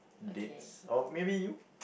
dates or maybe you